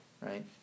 right